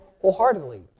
wholeheartedly